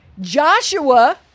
Joshua